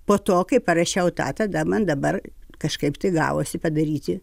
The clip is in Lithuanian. po to kai parašiau tą tada man dabar kažkaip gavosi padaryti